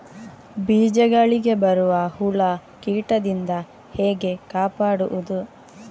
ಬೀಜಗಳಿಗೆ ಬರುವ ಹುಳ, ಕೀಟದಿಂದ ಹೇಗೆ ಕಾಪಾಡುವುದು?